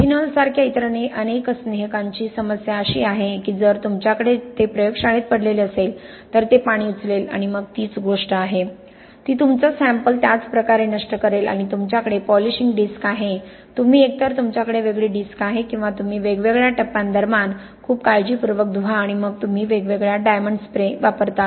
ethanol सारख्या इतर अनेक स्नेहकांची समस्या अशी आहे की जर तुमच्याकडे ते प्रयोगशाळेत पडलेले असेल तर ते पाणी उचलेल आणि मग तीच गोष्ट आहे ती तुमचा सॅम्पल त्याच प्रकारे नष्ट करेल आणि तुमच्याकडे पॉलिशिंग डिस्क आहे तुम्ही एकतर तुमच्याकडे वेगळी डिस्क आहे किंवा तुम्ही वेगवेगळ्या टप्प्यांदरम्यान खूप काळजीपूर्वक धुवा आणि मग तुम्ही वेगवेगळ्या डायमंड स्प्रे वापरता